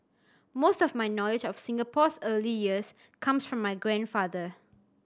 most of my knowledge of Singapore's early years comes from my grandfather